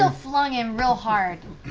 ah flung him real hard.